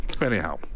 anyhow